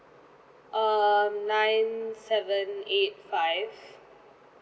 um nine seven eight five